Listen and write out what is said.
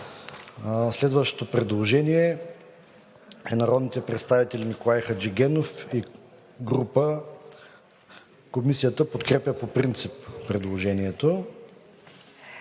Следващото предложение на народния представител Николай Хаджигенов и група. Комисията подкрепя по принцип предложението.